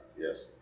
Yes